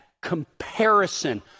comparison